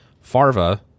Farva